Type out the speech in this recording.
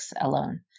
alone